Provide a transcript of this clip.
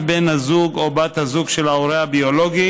בן הזוג או בת הזוג של ההורה הביולוגי,